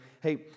hey